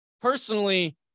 Personally